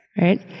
right